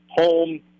home